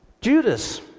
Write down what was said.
Judas